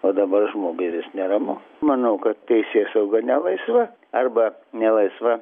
o dabar žmogui vis neramu manau kad teisėsauga nelaisva arba nelaisva